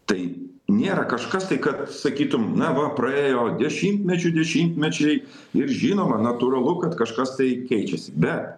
tai nėra kažkas tai kad sakytum na va praėjo dešimtmečių dešimtmečiai ir žinoma natūralu kad kažkas tai keičiasi be